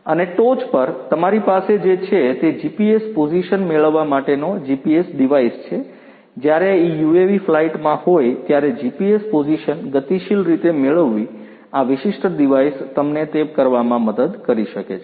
અને ટોચ પર તમારી પાસે જે છે તે જીપીએસ પોઝિશન મેળવવા માટેનો જીપીએસ ડિવાઇસ છે જ્યારે આ યુએવી ફ્લાઇટમાં હોય ત્યારે જીપીએસ પોઝિશન ગતિશીલ રીતે મેળવવી આ વિશિષ્ટ ડિવાઇસ તમને તે કરવામાં મદદ કરી શકે છે